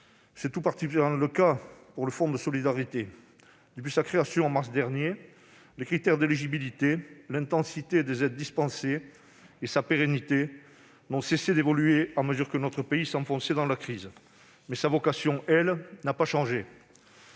C'est tout particulièrement le cas pour le fonds de solidarité. Depuis sa création, en mars dernier, les critères d'éligibilité, le niveau des aides dispensées et la pérennité de ce fonds n'ont cessé d'évoluer à mesure que notre pays s'enfonçait dans la crise. Mais sa vocation, elle, n'a pas changé.